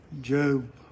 Job